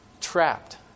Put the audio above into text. trapped